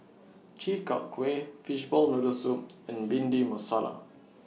Chi Kak Kuih Fishball Noodle Soup and Bhindi Masala